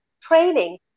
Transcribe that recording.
training